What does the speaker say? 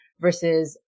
versus